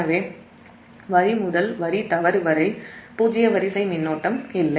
எனவே வரி முதல் தவறு வரி வரை பூஜ்ஜிய வரிசை மின்னோட்டம் இல்லை